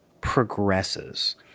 progresses